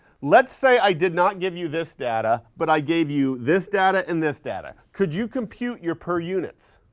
let's say i did not give you this data but i gave you this data and this data, could you compute your per units?